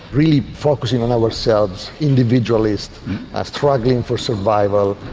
really focusing on ourselves, individualists struggling for survival,